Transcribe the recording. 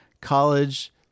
college